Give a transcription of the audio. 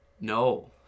No